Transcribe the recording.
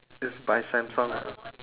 it's by Samsung ah